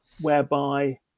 whereby